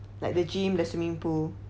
like the gym like swimming pool